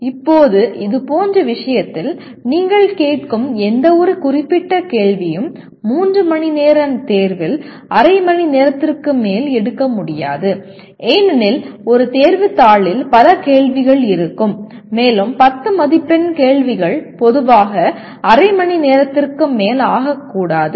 இப்போது இதுபோன்ற விஷயத்தில் நீங்கள் கேட்கும் எந்தவொரு குறிப்பிட்ட கேள்வியும் 3 மணி நேர தேர்வில் அரை மணி நேரத்திற்கு மேல் எடுக்க முடியாது ஏனெனில் ஒரு தேர்வுத் தாளில் பல கேள்விகள் இருக்கும் மேலும் 10 மதிப்பெண் கேள்விகள் பொதுவாக அரை மணி நேரத்திற்கு மேல் ஆகக்கூடாது